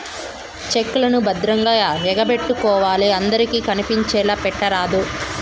check లను భద్రంగా ఎగపెట్టుకోవాలి అందరికి కనిపించేలా పెట్టరాదు